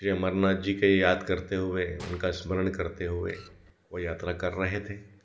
श्री अमरनाथ जी को याद करते हुए उनका स्मरण करते हुए वह यात्रा कर रहे थे